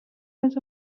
was